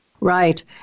Right